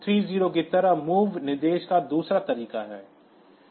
यह गणना EQU 30 की तरह MOV निर्देश का दूसरा तरीका है